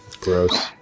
Gross